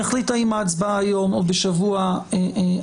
יחליט האם ההצבעה היום או בשבוע הבא,